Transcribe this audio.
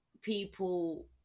people